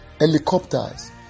helicopters